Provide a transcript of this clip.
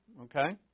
Okay